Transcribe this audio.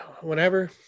whenever